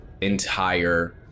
entire